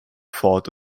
fort